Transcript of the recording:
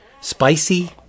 spicy